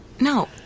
No